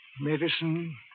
Medicine